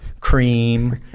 Cream